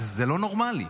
זה לא נורמלי.